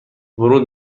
ورود